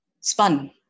spun